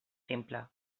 simple